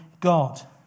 God